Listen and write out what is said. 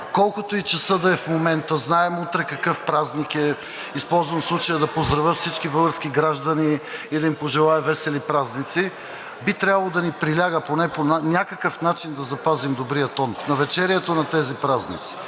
колкото и часът да е в момента, знаем утре какъв празник е – използвам случай да поздравя всички български граждани и да им пожелая весели празници – би трябвало да ни приляга по някакъв начин да запазим добрия тон в навечерието на тези празници.